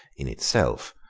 in itself,